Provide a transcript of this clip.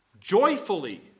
joyfully